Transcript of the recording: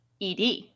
ED